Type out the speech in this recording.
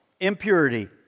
impurity